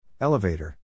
Elevator